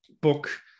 book